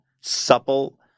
supple